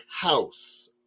house